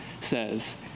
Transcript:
says